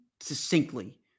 succinctly